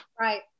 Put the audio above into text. Right